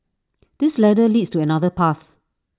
this ladder leads to another path